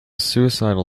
suicidal